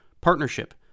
partnership